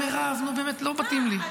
אבל שנה --- די, מירב, נו, באמת, לא מתאים לי.